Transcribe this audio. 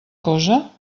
cosa